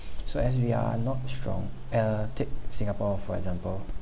so as we are not strong uh take singapore for example